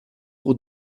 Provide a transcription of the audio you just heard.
pour